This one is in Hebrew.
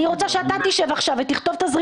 אני רוצה שאתה תשב עכשיו ותכתוב תזרים